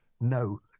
no